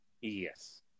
Yes